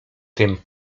tym